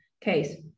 case